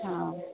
हा